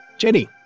Jenny